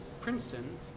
Princeton